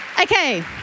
Okay